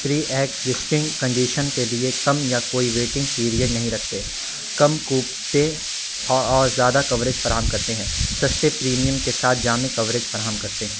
پری existing condition کے لیے کم یا کوئی ویٹنگ پیریڈ نہیں رکھتے کم کوپپے اور اور زیادہ کوریج فراہم کرتے ہیں سستے پریمیم کے ساتھ جامع کوریج فراہم کرتے ہیں